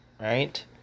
right